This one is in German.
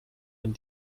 wenn